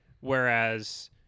Whereas